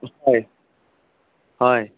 হয় হয়